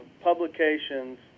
publications